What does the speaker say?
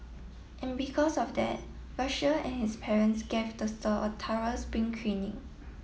and because of that Russia and his parents gave the saw a thorough spring cleaning